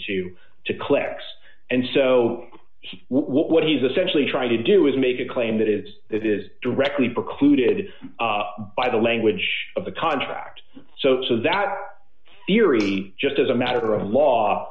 to to clicks and so what he's essentially trying to do is make a claim that is that is directly precluded by the language of the contract so so that theory just as a matter of law